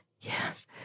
Yes